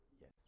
Yes